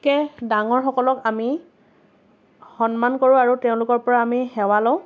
কে ডাঙৰসকলক আমি সন্মান কৰোঁ আৰু তেওঁলোকৰ পৰা আমি সেৱা লওঁ